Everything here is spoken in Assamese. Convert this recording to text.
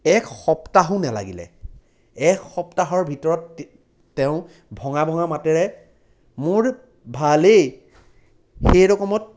এক সপ্তাহো নেলাগিলে এক সপ্তাহৰ ভিতৰত তেওঁ ভঙা ভঙা মাতেৰে মোৰ ভালেই সেই ৰকমত